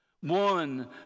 one